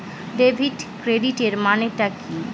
Debit ক্রেডিটের মানে টা কি?